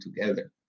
together